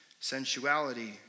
sensuality